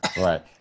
Right